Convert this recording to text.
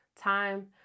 time